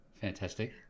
Fantastic